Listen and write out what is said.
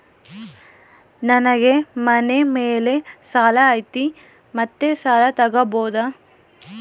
ನನಗೆ ಮನೆ ಮೇಲೆ ಸಾಲ ಐತಿ ಮತ್ತೆ ಸಾಲ ತಗಬೋದ?